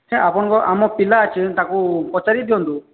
ସେ ଆପଣଙ୍କ ଆମ ପିଲା ଅଛି ତାକୁ ପଚାରି ଦିଅନ୍ତୁ